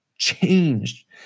changed